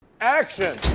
Action